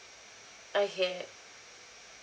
okay